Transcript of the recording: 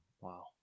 wow